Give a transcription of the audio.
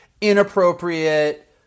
inappropriate